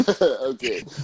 Okay